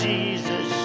Jesus